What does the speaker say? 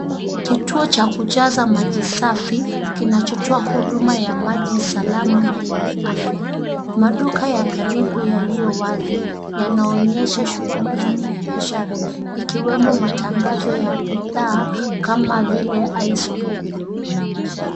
Kituo cha kujaza maji safi kinachotoa huduma ya maji salama na yenye afya. Maduka ya karibu yaliyo wazi yanaonyesha shughuli za kibiashara ikiwemo matangazo ya bidhaa kama vile ice pop .